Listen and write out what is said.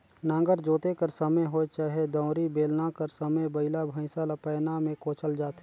नांगर जोते कर समे होए चहे दउंरी, बेलना कर समे बइला भइसा ल पैना मे कोचल जाथे